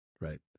right